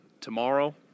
Tomorrow